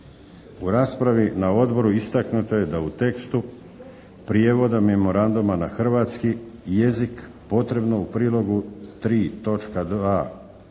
U raspravi na Odboru istaknuto je da u tekstu prijevoda memoranduma na hrvatski jezik potrebno u prilogu 3.2